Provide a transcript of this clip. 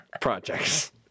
projects